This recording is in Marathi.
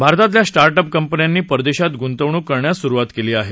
भारतातल्या स्टार्ट अप कंपन्यांनी परदेशात गुंतवणूक करण्यास सुरवात केली आहे